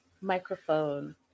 microphone